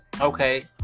Okay